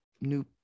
new